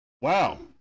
Wow